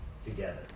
together